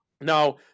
Now